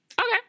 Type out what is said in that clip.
Okay